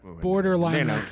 borderline